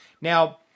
now